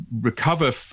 recover